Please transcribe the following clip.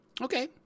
okay